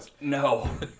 No